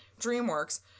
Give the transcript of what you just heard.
DreamWorks